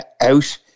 out